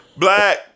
Black